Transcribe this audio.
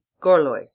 gorlois